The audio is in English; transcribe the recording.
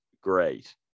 Great